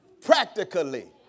practically